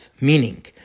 meaning